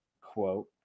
quote